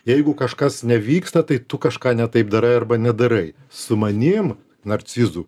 jeigu kažkas nevyksta tai tu kažką ne taip darai arba nedarai su manim narcizu